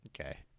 Okay